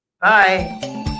bye